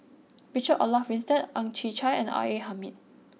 Richard Olaf Winstedt Ang Chwee Chai and R A Hamid